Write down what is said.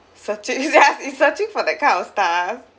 searching ya it's searching for that kind of stuff